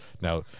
now